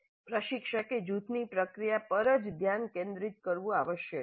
પ્રશિક્ષકે જૂથની પ્રક્રિયા પર જ ધ્યાન કેન્દ્રિત કરવું આવશ્યક છે